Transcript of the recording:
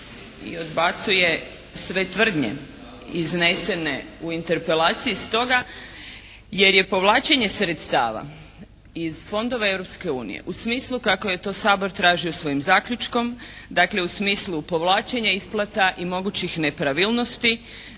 i odbacuje sve tvrdnje iznesene u interpelaciji stoga jer je povlačenje sredstava iz fondova Europske unije u smislu kako je to Sabor tražio svojim zaključkom, dakle u smislu povlačenja isplata i mogućih nepravilnosti